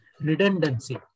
redundancy